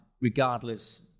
regardless